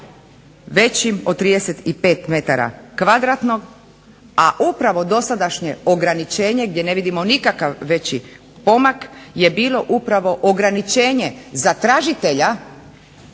većim od 35 m kvadratnog, a upravo dosadašnje ograničenje gdje ne vidimo nikakav veći pomak je bilo upravo ograničenje za tražitelja